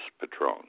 Patron